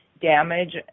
Damage